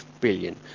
billion